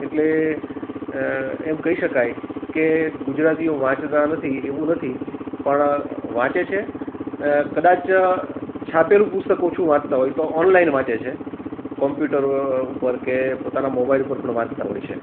એટલે એમ કહી શકાય કે ગુજરાતીઓ વાંચતા નથી એવું નથી પણ વાંચે છે કદાચ છાપેલું પુસ્તક ઓછું વાંચતા હોય તો ઓનલાઈન વાંચે છે કોમ્પ્યુટરો ઉપર કે પોતાના મોબાઈલ ઉપર પણ વાંચતા હોય છે